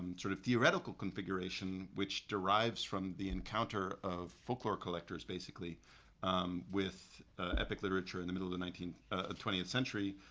and sort of theoretical configuration which derives from the encounter of folklore collectors basically with epic literature in the middle of the ah twentieth century,